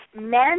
men